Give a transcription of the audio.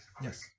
Yes